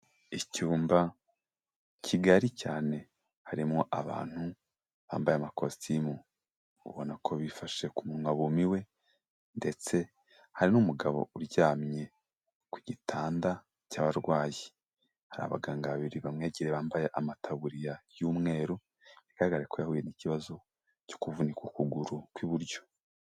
Icyumba kigari cyane, harimo abantu bambaye amakositimu, ubona ko bifashe ku munwa bumiwe, ndetse hari n'umugabo uryamye ku gitanda cy'abarwayi, hari abaganga babiri bamwegera bambaye amataburiya y'umweru, bigaragara ko yahuye n'ikibazo cyo kuvunika ukuguru kw'iburyo.